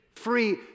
free